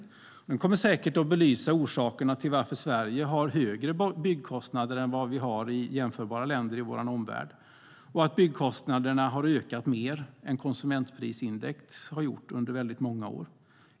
Den kommer säkert att belysa orsakerna till att Sverige har högre byggkostnader än jämförbara länder i vår omvärld och att byggkostnaderna ökat mer än konsumentprisindex har gjort under väldigt många år.